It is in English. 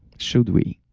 should we?